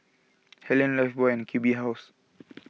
Helen Lifebuoy and Q B House